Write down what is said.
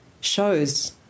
shows